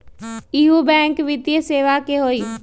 इहु बैंक वित्तीय सेवा की होई?